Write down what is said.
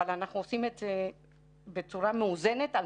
אבל אנחנו עושים את זה בצורה מאוזנת על